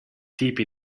tipi